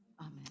Amen